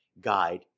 guide